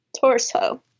Torso